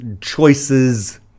choices